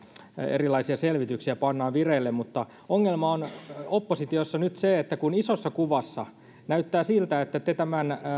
erilaisia selvityksiä pannaan vireille mutta ongelma on oppositiossa nyt se että isossa kuvassa näyttää siltä että te tämän